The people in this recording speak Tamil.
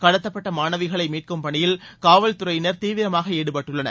கடத்தப்பட்டமாணவிகளைமீட்கும் பணியில் காவல்துறையினர் தீவிரமாகஈடுபட்டுள்ளனர்